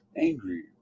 angry